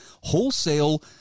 wholesale